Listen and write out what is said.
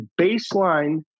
baseline